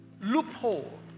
loophole